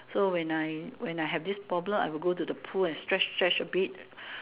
so when I when I have this problem I will go to the pool stretch stretch a bit